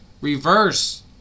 reverse